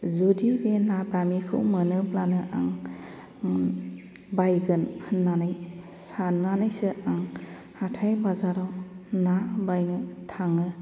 जुदि बे ना बामिखौ मोनोब्लानो आं बायगोन होन्नानै सान्नानैसो आं हाथाइ बाजाराव ना बायनो थाङो